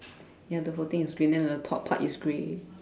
ya the whole thing is green then top part is grey